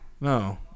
No